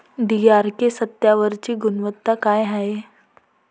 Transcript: DRK सत्यात्तरची गुनवत्ता काय हाय?